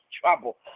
trouble